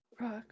Rock